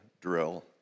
drill